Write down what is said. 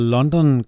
London